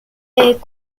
est